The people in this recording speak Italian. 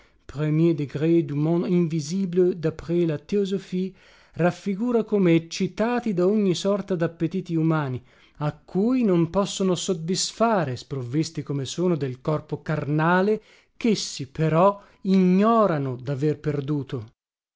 théosophie raffigura come eccitati da ogni sorta dappetiti umani a cui non possono soddisfare sprovvisti come sono del corpo carnale chessi però ignorano daver perduto